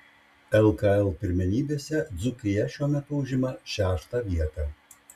lkl pirmenybėse dzūkija šiuo metu užima šeštą vietą